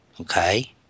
Okay